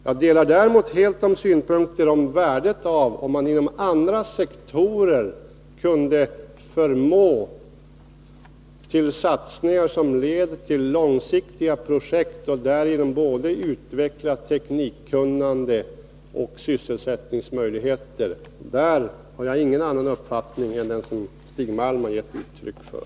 Jag delar däremot helt uppfattningen att det vore värdefullt om man kunde förmå till sådana satsningar inom andra sektorer som leder till långsiktiga projekt och därigenom utveckla både teknikkunnande och sysselsättningsmöjligheter. På den punkten har jag ingen annan uppfattning än den som Stig Malm har givit uttryck för.